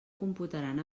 computaran